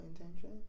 intention